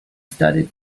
studied